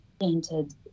painted